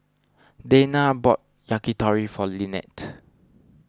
Dayna bought Yakitori for Linette